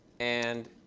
and